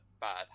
bad